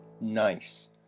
Nice